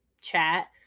chat